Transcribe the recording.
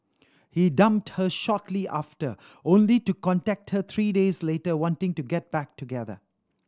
he dumped her shortly after only to contact her three days later wanting to get back together